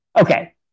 Okay